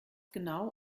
genau